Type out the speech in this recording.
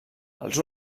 els